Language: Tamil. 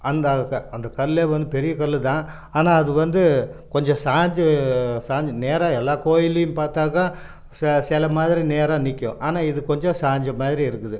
அந்த கல் வந்து பெரிய கல் தான் ஆனால் அது வந்து கொஞ்சம் சாய்ஞ்சு சாய்ஞ்சு நேராக எல்லா கோவில்லையும் பார்த்தாக்கா செலை மாதிரி நேரா நிற்கும் ஆனால் இது கொஞ்சம் சாய்ஞ்ச மாதிரி இருக்குது